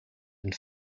and